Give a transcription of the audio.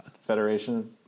Federation